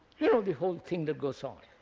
you know the whole thing that goes on.